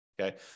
okay